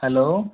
hello